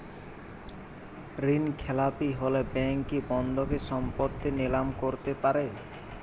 ঋণখেলাপি হলে ব্যাঙ্ক কি বন্ধকি সম্পত্তি নিলাম করতে পারে?